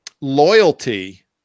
loyalty